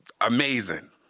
amazing